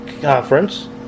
conference